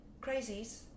Crazies